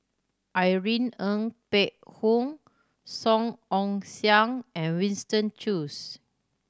Irene Ng Phek Hoong Song Ong Siang and Winston Choos